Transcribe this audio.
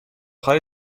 های